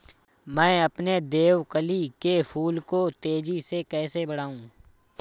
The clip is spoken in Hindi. मैं अपने देवकली के फूल को तेजी से कैसे बढाऊं?